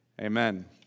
Amen